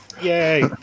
Yay